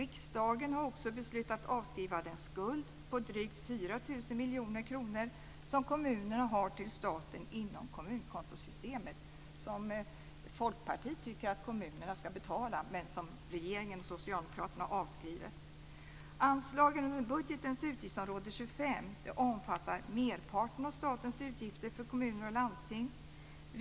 Riksdagen har också beslutat avskriva den skuld på drygt 4 000 miljoner kronor som kommunerna har till staten inom kommunkontosystemet. Folkpartiet tycker att kommunerna ska betala denna skuld, men regeringen och socialdemokraterna avskriver den. Anslagen under budgetens utgiftsområde 25 omfattar merparten av statens utgifter för kommuner och landsting.